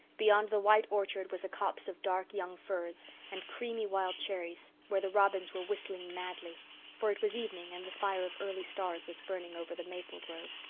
beyond the white orchard was a copse of dark young firs and creamy wild cherries, where the robins were whistling madly for it was evening and the fire of early stars was burning over the maple grove.